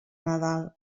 nadal